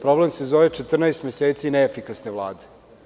Problem se zove – 14 meseci neefikasne Vlade.